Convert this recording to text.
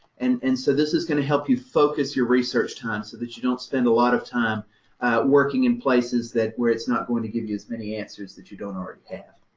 and and so this is going to help you focus your research time, so that you don't spend a lot of time working in places that where it's not going to give you as many answers that you don't already have.